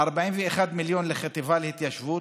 41 מיליון לחטיבה להתיישבות,